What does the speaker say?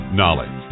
knowledge